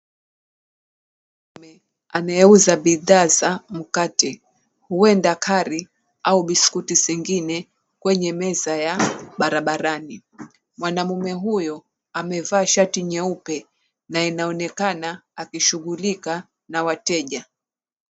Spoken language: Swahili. Mwanaume anayeuza bidhaa za mikate huenda kari au biskuti zingine kwenye meza ya barabarani. Mwanaume huyo amevaa shati nyeupe na inaonekana akishughulika na wateja.